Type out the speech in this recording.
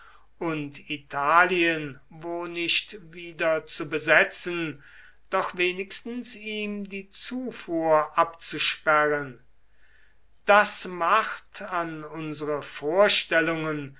und italien wo nicht wieder zu besetzen doch wenigstens ihm die zufuhr abzusperren das macht an unsere vorstellungen